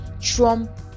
Trump